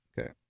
Okay